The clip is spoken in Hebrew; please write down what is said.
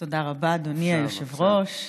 תודה רבה, אדוני היושב-ראש.